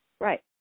Right